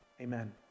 Amen